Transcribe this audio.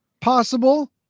Possible